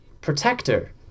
protector